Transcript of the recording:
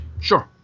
sure